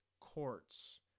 courts